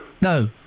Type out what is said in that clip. No